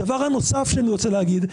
דבר נוסף שאני רוצה להגיד: